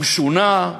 הוא שונָה,